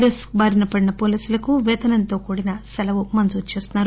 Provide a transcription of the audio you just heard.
virus బారిన పడిన పోలీసులకు వేతనంతో కూడిన సెలవు మంజురు చేస్తున్నారు